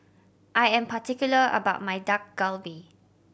I am particular about my Dak Galbi